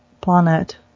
planet